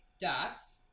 Dots